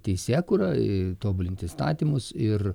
teisėkūra tobulinti įstatymus ir